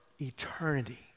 eternity